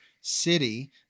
city